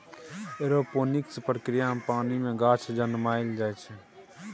aeroponics प्रक्रिया मे पानि मे गाछ जनमाएल जाइ छै